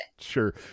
Sure